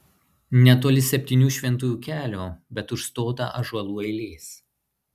netoli septynių šventųjų kelio bet užstotą ąžuolų eilės